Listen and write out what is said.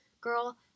girl